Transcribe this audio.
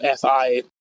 FI